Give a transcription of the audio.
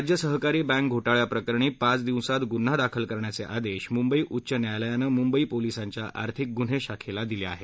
राज्य सहकारी बँक घोटाळ्याप्रकरणी पाच दिवसांत गुन्हा दाखल करण्याचे आदेश मुंबई उच्च न्यायालयानं मुंबई पोलिसांच्या आर्थिक गुन्हे शाखेला दिले आहेत